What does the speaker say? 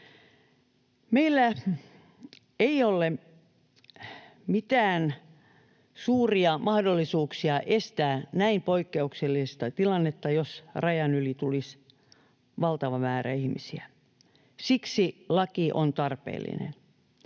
Meillä ei ole mitään suuria mahdollisuuksia estää näin poikkeuksellista tilannetta, jos rajan yli tulisi valtava määrä ihmisiä. Siksi laki on tarpeellinen.